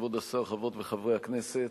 כבוד השר, חברות וחברי הכנסת,